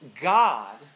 God